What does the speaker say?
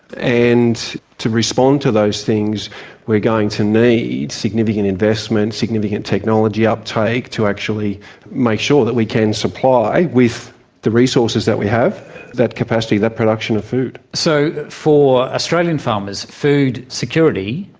and to respond to those things we're going to need significant investment, significant technology uptake to actually make sure that we can supply, with the resources that we have that capacity, that production of food. so, for australian farmers food security,